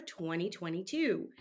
2022